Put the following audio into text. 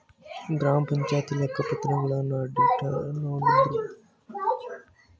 ಗ್ರಾಮ ಪಂಚಾಯಿತಿ ಲೆಕ್ಕ ಪತ್ರಗಳನ್ನ ಅಡಿಟರ್ ನೋಡುದ್ರು